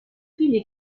figli